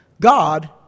God